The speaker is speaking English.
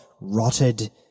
rotted